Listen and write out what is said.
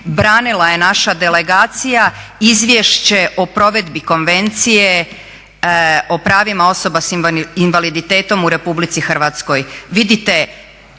branila je naša delegacija izvješće o provedbi Konvencije o pravima osoba s invaliditetom u RH. Vidite